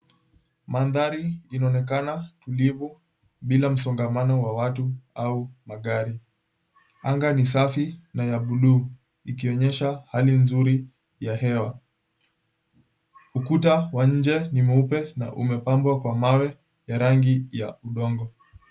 Mandhari inaonekana tulivu bila msongamana wy watu au magari. Anga ni safi na ya buluu ikionyesha hali nzuri ya hewa. Ukutawa nje ni nyeupe na umepambwa kwa mawe na rangi ya udongo.